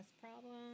problem